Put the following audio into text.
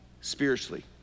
spiritually